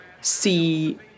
see